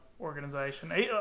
organization